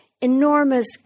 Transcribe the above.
enormous